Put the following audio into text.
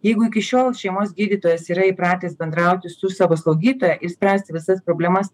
jeigu iki šiol šeimos gydytojas yra įpratęs bendrauti su savo slaugytoja išspręsti visas problemas